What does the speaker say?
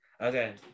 Okay